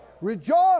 rejoice